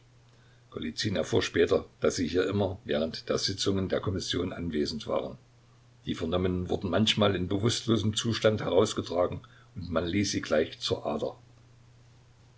erfuhr später daß sie hier immer während der sitzungen der kommission anwesend waren die vernommenen wurden manchmal in bewußtlosem zustand herausgetragen und man ließ sie gleich zur ader